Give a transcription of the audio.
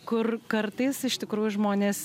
kur kartais iš tikrųjų žmonės